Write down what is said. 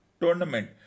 tournament